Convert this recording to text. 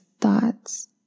thoughts